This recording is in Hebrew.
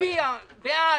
נצביע בעד,